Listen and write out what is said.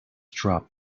drop